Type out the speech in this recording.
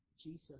Jesus